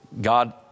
God